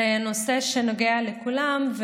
זה נושא שנוגע לכולם,